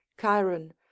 chiron